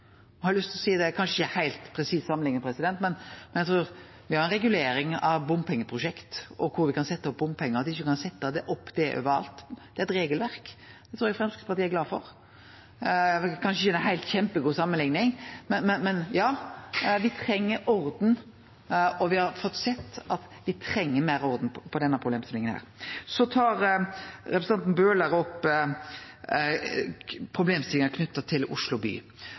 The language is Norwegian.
Eg har lyst til å seie, og det er kanskje ikkje ei heilt presis samanlikning, at me har regulering av bompengeprosjekt og kvar me kan setje opp bommar. Me kan ikkje setje dei opp over alt. Det er eit regelverk, og det trur eg Framstegspartiet er glad for. Det er kanskje ikkje ei kjempegod samanlikning, men me treng orden, og me har sett at me treng meir orden i samband med denne problemstillinga. Så tar representanten Bøhler opp problemstillinga knytt til Oslo by.